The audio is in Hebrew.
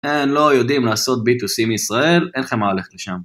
אין לא יודעים לעשות B2C מישראל אין לכם מה ללכת לשם